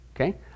okay